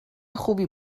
خوبی